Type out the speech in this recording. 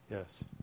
Yes